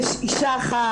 יש אישה אחת,